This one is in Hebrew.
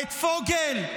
את פוגל?